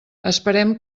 esperem